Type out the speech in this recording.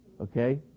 okay